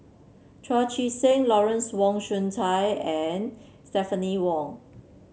Chu Chee Seng Lawrence Wong Shyun Tsai and Stephanie Wong